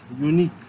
unique